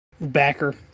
backer